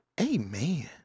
amen